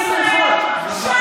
אסור למחוא, מה קרה לך?